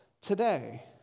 today